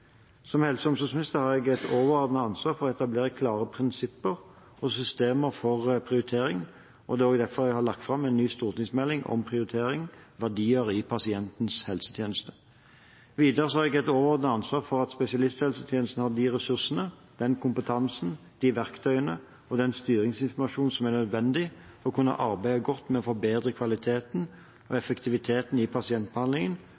Som helse- og omsorgsminister har jeg et overordnet ansvar for å etablere klare prinsipper og systemer for prioritering, og jeg har derfor lagt fram en ny stortingsmelding om prioritering – Verdier i pasientens helsetjeneste. Videre har jeg et overordnet ansvar for at spesialisthelsetjenesten har de ressursene, den kompetansen, de verktøyene og den styringsinformasjonen som er nødvendig for å kunne arbeide godt med å forbedre kvaliteten og